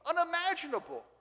unimaginable